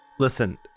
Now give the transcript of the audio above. listen